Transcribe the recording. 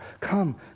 Come